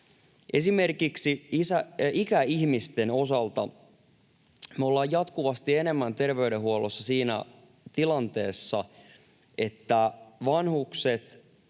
Esimerkiksi ikäihmisten osalta me ollaan jatkuvasti enemmän terveydenhuollossa siinä tilanteessa, että vanhukset